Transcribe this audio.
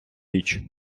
річ